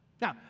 Now